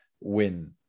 win